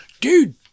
Dude